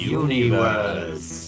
universe